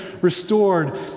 restored